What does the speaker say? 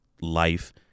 life